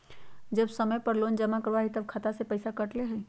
जब समय पर लोन जमा न करवई तब खाता में से पईसा काट लेहई?